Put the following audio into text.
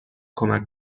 کمک